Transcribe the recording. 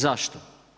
Zašto?